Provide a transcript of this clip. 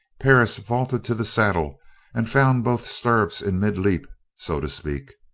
perris vaulted to the saddle and found both stirrups in mid-leap, so to speak.